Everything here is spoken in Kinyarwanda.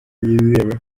yizewe